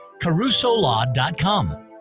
carusolaw.com